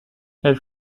elle